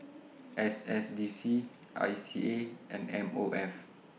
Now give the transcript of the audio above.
S S D C I C A and M O F